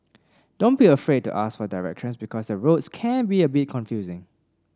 don't be afraid to ask for directions because the roads can be a bit confusing